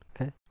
Okay